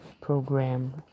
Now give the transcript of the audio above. program